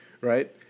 right